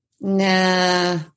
nah